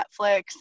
Netflix